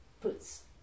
puts